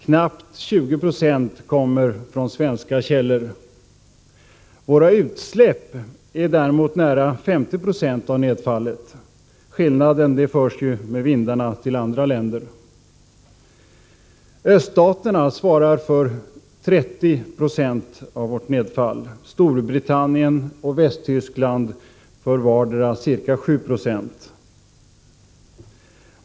Knappt 20 9o kommer från svenska källor. Våra utsläpp motsvarar dock nära 50 90 av nedfallet — skillnaden förs med vindarna till andra länder. Öststaterna svarar för 30 90 av nedfallet, Storbritannien och Västtyskland för vardera ca 7 9o.